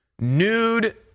nude